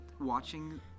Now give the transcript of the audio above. watching